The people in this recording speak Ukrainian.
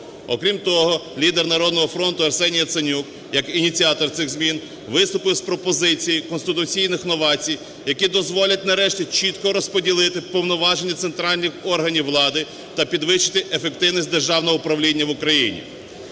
Окрім того, лідер "Народного фронту" Арсеній Яценюк як ініціатор цих змін виступив з пропозицією конституційних новацій, які дозволять нарешті чітко розподілити повноваження центральних органів влади та підвищити ефективність державного управління в Україні.